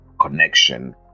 connection